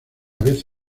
vez